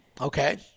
Okay